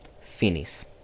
Finis